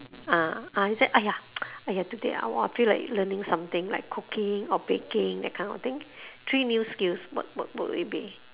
ah ah you say !aiya! !aiya! today I want I feel like learning something like cooking or baking that kind of thing three new skills what what would it be